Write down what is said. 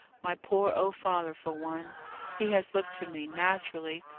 my poor old father for one he has looked to me, naturally,